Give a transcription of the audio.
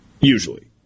Usually